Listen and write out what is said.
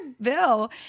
Bill